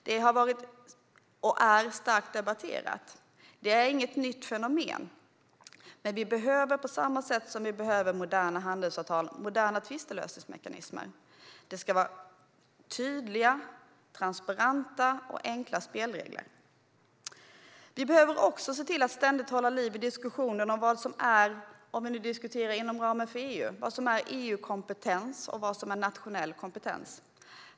Den har varit och är starkt debatterad. Det är inget nytt fenomen. Men det behövs moderna tvistlösningsmekanismer på samma sätt som det behövs moderna handelsavtal. Det ska vara tydliga, transparenta och enkla spelregler. Vi måste också ständigt hålla liv i diskussionen om vad som är EU-kompetens och vad som är nationell kompetens.